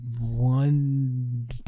One